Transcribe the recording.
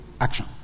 Action